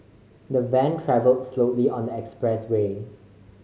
the van travelled slowly on the expressway